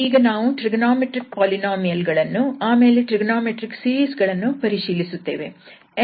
ಈಗ ನಾವು trigonometric polynomial ಗಳನ್ನು ಆಮೇಲೆ ಟ್ರಿಗೊನೋಮೆಟ್ರಿಕ್ ಸೀರೀಸ್ ಗಳನ್ನು ಪರಿಶೀಲಿಸುತ್ತೇವೆ